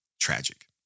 Tragic